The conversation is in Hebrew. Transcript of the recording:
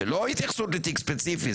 זו לא התייחסות לתיק ספציפי,